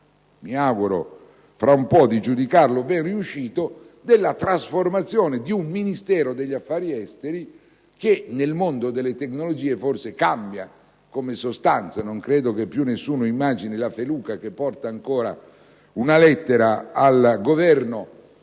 mi auguro fra un po' di giudicarlo ben riuscito - per la trasformazione del Ministero degli affari esteri che, nel mondo delle tecnologie, forse cambia come sostanza (non credo che più nessuno immagini la feluca che porta ancora una lettera al Governo